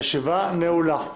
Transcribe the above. הישיבה נעולה.